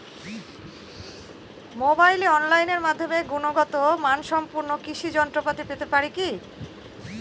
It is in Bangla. মোবাইলে অনলাইনের মাধ্যমে গুণগত মানসম্পন্ন কৃষি যন্ত্রপাতি পেতে পারি কি?